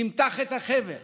תמתח את החבל